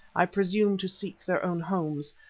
i presume to seek their own homes,